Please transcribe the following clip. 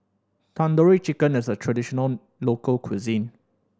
Tandoori Chicken is a traditional local cuisine